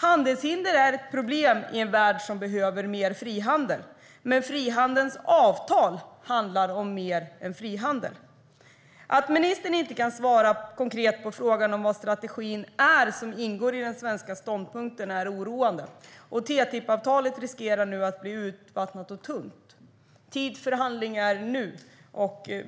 Handelshinder är ett problem i en värld som behöver mer frihandel. Men frihandelns avtal handlar om mer än frihandel. Att ministern inte kan svara konkret på frågan om strategin som ingår i den svenska ståndpunkten är oroande, och TTIP-avtalet riskerar nu att bli urvattnat och tunt. Tid för handling är nu.